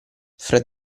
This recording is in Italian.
fred